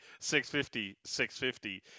650-650